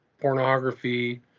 pornography